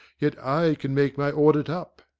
yet i can make my audit up,